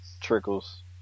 trickles